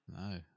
No